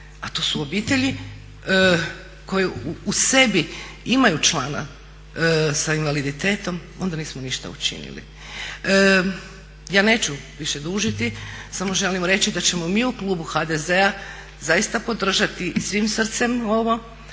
pa to su obitelji koji u sebi imaju člana sa invaliditetom onda nismo ništa učinili. Ja neću više dužiti samo želim reći da ćemo mi u klubu HDZ-a zaista podržati svim srcem ovo,